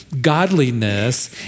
godliness